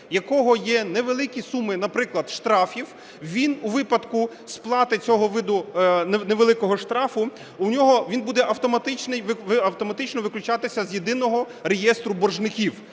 якого є невеликі суми, наприклад, штрафів, він у випадку сплати цього виду невеликого штрафу він буде автоматично виключатися з Єдиного реєстру боржників,